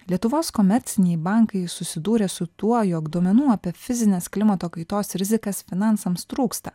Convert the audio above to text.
lietuvos komerciniai bankai susidūrė su tuo jog duomenų apie fizines klimato kaitos rizikas finansams trūksta